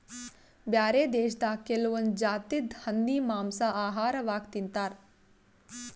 ಬ್ಯಾರೆ ದೇಶದಾಗ್ ಕೆಲವೊಂದ್ ಜಾತಿದ್ ಹಂದಿ ಮಾಂಸಾ ಆಹಾರವಾಗ್ ತಿಂತಾರ್